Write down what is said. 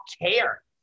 care